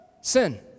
Sin